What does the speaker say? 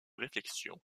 réflexion